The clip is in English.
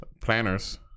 planners